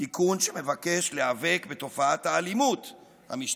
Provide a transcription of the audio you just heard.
תיקון שמבקש להיאבק בתופעת האלימות המשטרתית.